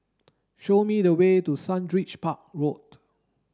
show me the way to Sundridge Park Road